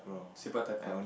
Sepak takraw